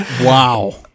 Wow